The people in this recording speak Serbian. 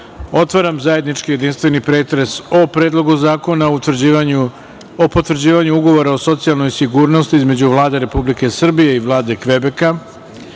otvaram zajednički jedinstveni pretres o: Predlogu zakona o potvrđivanju Ugovora o socijalnoj sigurnosti između Vlade Republike Srbije i Vlade Kvebeka;